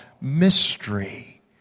mystery